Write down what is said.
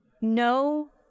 no